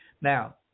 Now